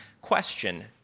question